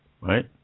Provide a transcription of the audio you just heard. right